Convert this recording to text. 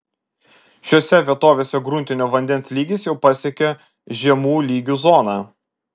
šiose vietovėse gruntinio vandens lygis jau pasiekė žemų lygių zoną